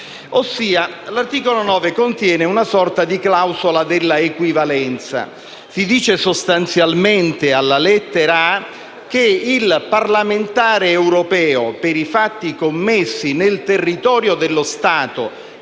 L'articolo 9 contiene una sorta di clausola dell'equivalenza. Si dice sostanzialmente alla lettera *a)* che il parlamentare europeo per i fatti commessi nel territorio dello Stato